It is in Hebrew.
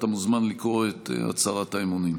אתה מוזמן לקרוא את הצהרת האמונים.